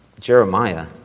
Jeremiah